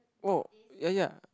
oh ya ya